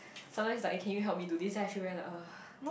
sometimes like eh can you help do this then I feel very like ugh